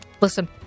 Listen